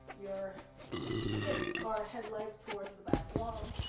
your hips are headlights towards the back wall.